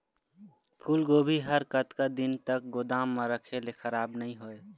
फूलगोभी हर कतका दिन तक गोदाम म रखे ले खराब नई होय?